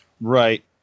Right